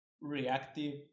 reactive